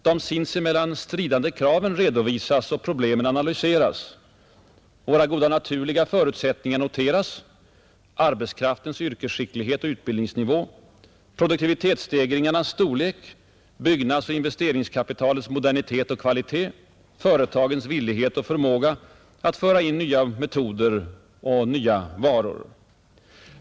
De sinsemellan stridande kraven redovisas och problemen analyseras. Våra goda naturliga förutsättningar noteras: arbetskraftens yrkesskicklighet och utbildningsnivå, produktivitetsstegringarnas storlek, byggnadsoch investeringskapitalets modernitet och kvalitet samt företagens villighet och förmåga att föra in nya metoder och varor.